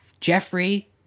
Jeffrey